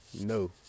No